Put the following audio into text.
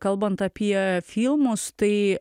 kalbant apie filmus tai